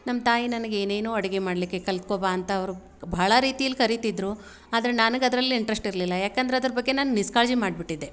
ನಮ್ಮ ತಾಯಿ ನನಗೆ ಏನೇನೋ ಅಡುಗೆ ಮಾಡಲಿಕ್ಕೆ ಕಲಿತ್ಕೊ ಬಾ ಅಂತ ಅವರು ಬಹಳ ರೀತೀಲಿ ಕರಿತಿದ್ರು ಆದ್ರೆ ನನಗೆ ಅದರಲ್ಲಿ ಇಂಟ್ರಶ್ಟ್ ಇರಲಿಲ್ಲ ಯಾಕಂದ್ರೆ ಅದ್ರ ಬಗ್ಗೆ ನಾನು ನಿಶ್ಕಾಳಜಿ ಮಾಡಿಬಿಟ್ಟಿದ್ದೆ